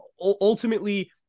ultimately